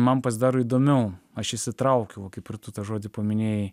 man pasidaro įdomiau aš išsitraukiau va kaip ir tu tą žodį paminėjai